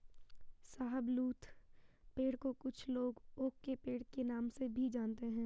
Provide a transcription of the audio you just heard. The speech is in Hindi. शाहबलूत पेड़ को कुछ लोग ओक के पेड़ के नाम से भी जानते है